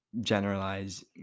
generalize